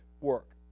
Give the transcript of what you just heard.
work